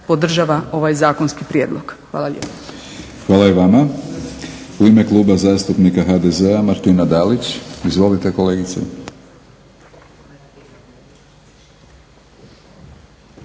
podržava ovaj zakonski prijedlog. Hvala lijepa. **Batinić, Milorad (HNS)** Hvala i vama. U ime Kluba zastupnika HDZ-a Martina Dalić. Izvolite kolegice.